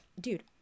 dude